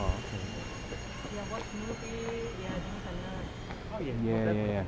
ok yeah watch movies, yeah then you can learn oh yeah yea,